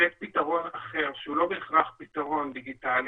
לתת פתרון אחר - שהוא לא בהכרח פתרון דיגיטלי